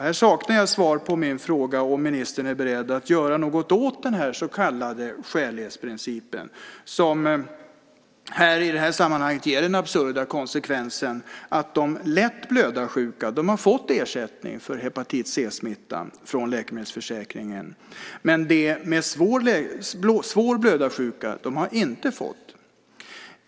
Här saknar jag svar på min fråga om ministern är beredd att göra något åt den så kallade skälighetsprincipen som i det här sammanhanget ger den absurda konsekvensen att de lätt blödarsjuka har fått ersättning för hepatit C-smittan från läkemedelsförsäkringen. De med svår blödarsjuka har däremot inte fått det.